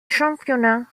championnat